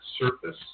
surface